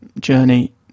journey